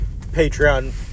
Patreon